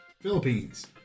Philippines